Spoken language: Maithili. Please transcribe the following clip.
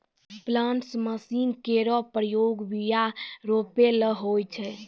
प्लांटर्स मसीन केरो प्रयोग बीया रोपै ल होय छै